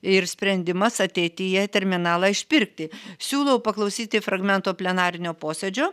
ir sprendimas ateityje terminalą išpirkti siūlau paklausyti fragmento plenarinio posėdžio